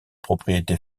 propriétés